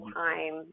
time